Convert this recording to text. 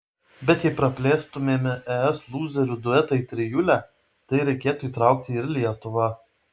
bet jei praplėstumėme es lūzerių duetą į trijulę tai reikėtų įtraukti ir lietuvą